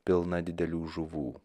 pilną didelių žuvų